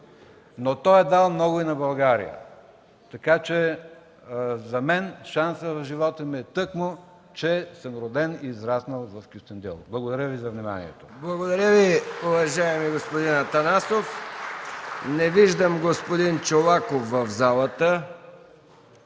той е дал много и на България! Така че за мен шансът в живота ми е тъкмо, че съм роден и израснал в Кюстендил. Благодаря Ви за вниманието! ПРЕДСЕДАТЕЛ МИХАИЛ МИКОВ: Благодаря Ви, уважаеми господин Атанасов. Не виждам господин Чолаков в залата.